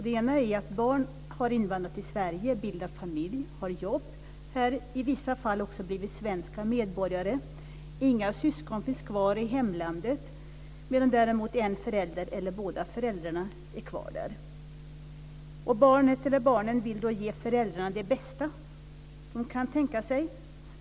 Det ena är att barn har invandrat i Sverige och bildat familj, har jobb och i vissa fall också blivit svenska medborgare. Inga syskon finns kvar i hemlandet, medan en förälder eller båda är kvar där. Barnen vill ge föräldrarna det bästa de kan tänka sig.